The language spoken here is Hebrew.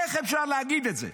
איך אפשר להגיד את זה?